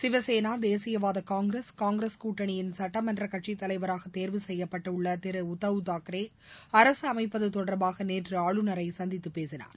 சிவசேனா தேசியவாத காங்கிரஸ் காங்கிரஸ் கூட்டணியின் சட்டமன்ற கட்சித் தலைவராக தேர்வு செய்யப்பட்டுள்ள திரு உத்தவ் தாக்ரே அரசு அமைப்பது தொடர்பாக நேற்று ஆளுநரை சந்தித்து பேசினார்